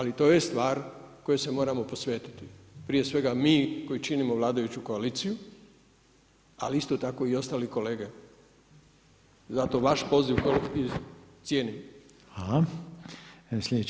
Ali to je stvar kojoj se moramo posvetiti, prije svega mi koji činimo vladajuću koaliciju ali isto tako i ostali kolege, zato vaš poziv cijenim.